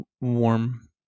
warm